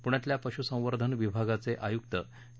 पुण्यातल्या पशुसंवर्धन विभागाचे आयुक्त के